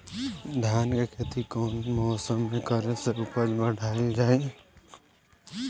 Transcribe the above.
धान के खेती कौन मौसम में करे से उपज बढ़ाईल जाई?